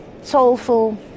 soulful